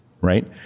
Right